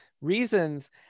reasons